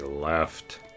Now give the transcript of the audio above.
left